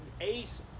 Ace